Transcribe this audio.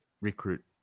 recruit